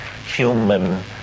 Human